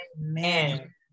Amen